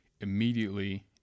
immediately